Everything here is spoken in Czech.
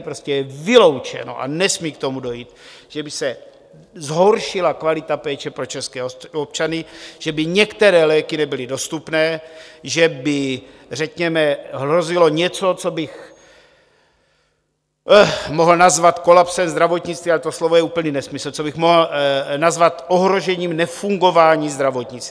Prostě je vyloučeno a nesmí k tomu dojít, že by se zhoršila kvalita péče pro české občany, že by některé léky nebyly dostupné, že by řekněme hrozilo něco, co bych mohl nazvat kolapsem zdravotnictví ale to slovo je úplný nesmysl co bych mohl nazvat ohrožením, nefungováním zdravotnictví.